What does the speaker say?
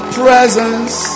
presence